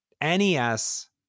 NES